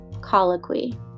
colloquy